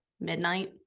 midnight